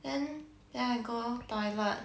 then then I go toilet